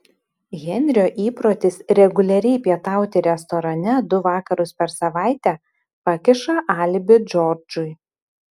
henrio įprotis reguliariai pietauti restorane du vakarus per savaitę pakiša alibi džordžui